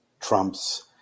trumps